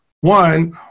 One